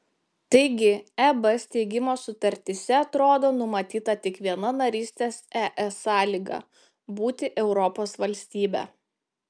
taigi eb steigimo sutartyse atrodo numatyta tik viena narystės es sąlyga būti europos valstybe